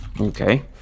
okay